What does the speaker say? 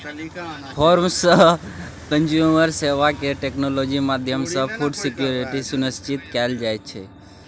farm सँ consumer सेबा मे टेक्नोलॉजी माध्यमसँ फुड सिक्योरिटी सुनिश्चित कएल जाइत छै